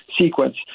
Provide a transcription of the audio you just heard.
sequence